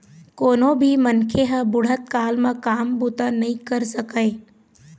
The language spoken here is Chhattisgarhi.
कोनो भी मनखे ह बुढ़त काल म काम बूता नइ कर सकय